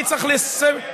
אני צריך, גרמן,